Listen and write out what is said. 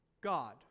God